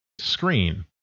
screen